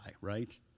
right